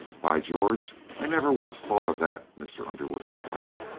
by george! i never once thought of that! mr. underwood exclaimed,